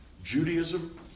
Judaism